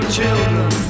children